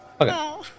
Okay